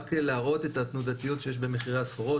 להראות את התנודתיות שיש במחירי הסחורות,